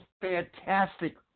fantastic